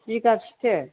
बिघाबेसे